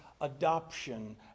adoption